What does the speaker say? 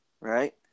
Right